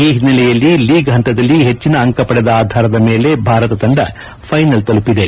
ಈ ಹಿನ್ನೆಲೆಯಲ್ಲಿ ಲೀಗ್ ಹಂತದಲ್ಲಿ ಹೆಚ್ಚಿನ ಅಂಕ ಪಡೆದ ಆಧಾರದ ಮೇಲೆ ಭಾರತ ತಂಡ ಫೈನಲ್ ತಲುಪಿದೆ